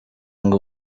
ngo